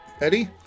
Eddie